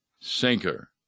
sinker